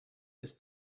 his